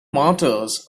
martyrs